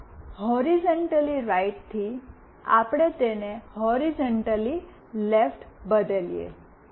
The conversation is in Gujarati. ચાલો હૉરિઝૉન્ટલી રાઈટ થી આપણે તેને હૉરિઝૉન્ટલી લેફ્ટ બદલીએ